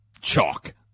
chalk